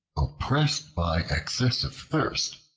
oppressed by excessive thirst,